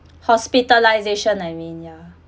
hospitalisation I mean ya